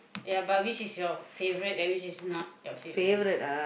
ya but which is your favourite and which is not your favourite